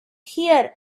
hear